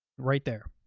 right there.